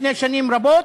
לפני שנים רבות